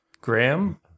Graham